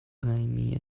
ngaimi